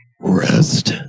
rest